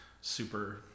super